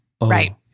right